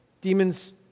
demons